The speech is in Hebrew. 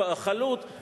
חלוט,